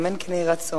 אמן כן יהי רצון.